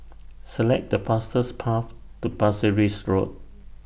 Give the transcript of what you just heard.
Select The fastest Path to Pasir Ris Road